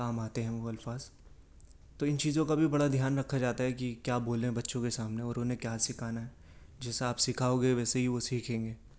کام آتے ہیں وہ الفاظ تو ان چیزوں کا بھی بڑا دھیان رکھا جاتا ہے کہ کیا بولیں بچوں کے سامنے اور انہیں کیا سکھانا ہے جیسے آپ سکھاؤگے ویسے ہی وہ سیکھیں گے